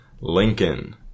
Lincoln